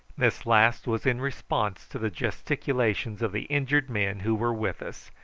this last was in response to the gesticulations of the injured men who were with us,